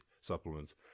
supplements